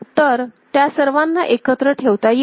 तर त्या सर्वांना एकत्र ठेवता येईल